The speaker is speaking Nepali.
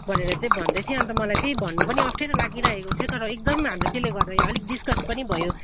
भनेर चाहिँ भन्दै थियो अन्त मलाई त्यह भन्नु पनि अप्ठ्यारो लागिरहेको थियो तर एकदम हाम्रो त्यसले गर्दा यहाँ अलिक डिस्कस पनि भयो